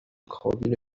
کابین